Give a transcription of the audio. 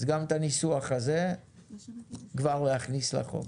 אז גם את הניסוח הזה כבר להכניס לחוק.